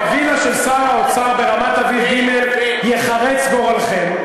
בווילה של שר האוצר ברמת-אביב ג' ייחרץ גורלכם,